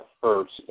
first